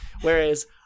whereas